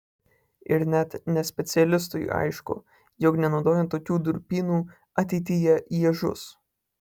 ir net nespecialistui aišku jog nenaudojant tokių durpynų ateityje jie žus